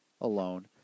alone